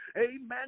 amen